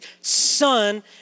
son